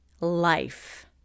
life